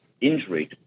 injury